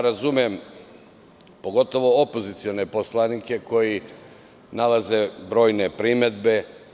Razumem pogotovo opozicione poslanike koji nalaze brojne primedbe.